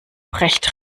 brecht